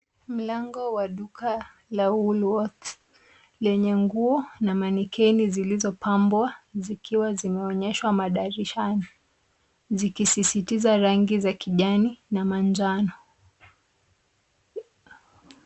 Mlando la duka la Woolworths lenye nguo na mannequin zilizopambwa zikiwa zimeonyeshwa madirishani, zikisisitiza rangi za kijani na manjano.